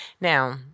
Now